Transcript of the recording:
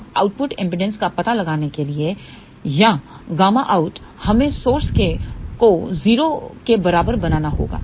अब output impedance का पता लगाने के लिए या ƬOUT हमें स्रोत को 0 के बराबर बनाना होगा